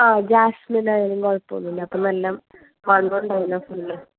ആ ജാസ്മിൻ ആയാലും കുഴപ്പമൊന്നും ഇല്ല അപ്പോൾ നല്ല മണം ഉണ്ടാകുമല്ലോ ഫുള്ള്